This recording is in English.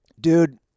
dude